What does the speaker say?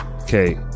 okay